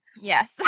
Yes